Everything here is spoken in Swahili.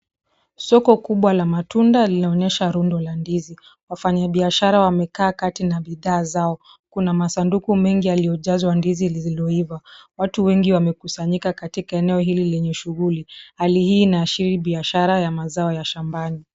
Soko kubwa la matunda linaonyesha rundo la ndizi. Wafanyabiashara wamekaa kati na bidhaa zao. Kuna masanduku mengi yaliojazwa ndizi zilizoiva. Watu wengi wamekusanyika katika eneo hili yenye shughuli. Hali hii inaashiria biashara ya mazao ya shambani.